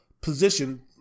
position